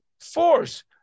force